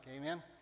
amen